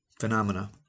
Phenomena